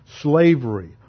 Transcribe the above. slavery